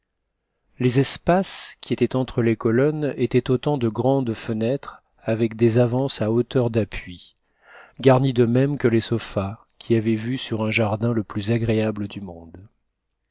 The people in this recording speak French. les espaces qui étaient entre les cotonnes étaient autant de grandes fenêtres avec des avances à hauteur d'appui garnies de même que les sofas qui avaient vue sur un jardin le plus agréable du monde